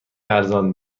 ارزان